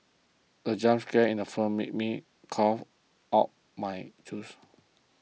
the jump scare in the film made me cough out my juice